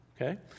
Okay